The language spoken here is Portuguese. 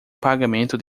pagamento